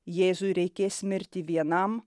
jėzui reikės mirti vienam